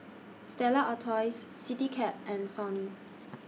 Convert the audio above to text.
Stella Artois Citycab and Sony